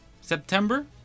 September